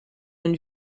une